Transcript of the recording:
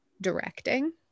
directing